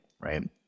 right